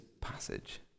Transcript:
passage